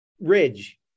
Ridge